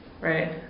right